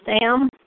Sam